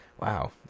Wow